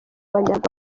abanyarwanda